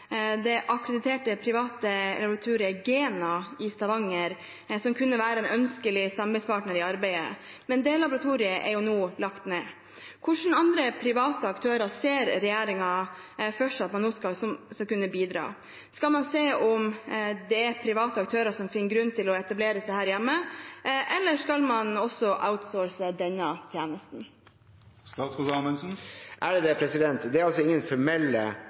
det akkrediterte private laboratoriet Gena i Stavanger, som kunne være en ønskelig samarbeidspartner i arbeidet. Det laboratoriet er nå lagt ned. Hvilke andre private aktører ser regjeringen for seg at skal kunne bidra? Skal man se om det er private aktører som finner grunn til å etablere seg her hjemme, eller skal man outsource også denne tjenesten?